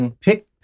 pick